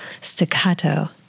staccato